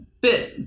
bit